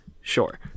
sure